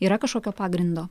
yra kažkokio pagrindo